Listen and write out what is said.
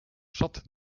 zat